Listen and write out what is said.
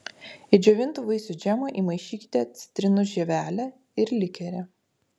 į džiovintų vaisių džemą įmaišykite citrinų žievelę ir likerį